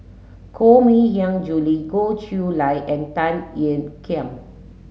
Koh Mui Hiang Julie Goh Chiew Lye and Tan Ean Kiam